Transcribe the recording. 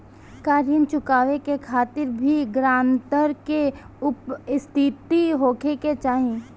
का ऋण चुकावे के खातिर भी ग्रानटर के उपस्थित होखे के चाही?